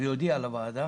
לוועדה